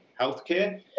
healthcare